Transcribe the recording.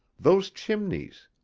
those chimneys,